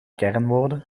kernwoorden